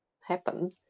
happen